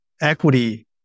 equity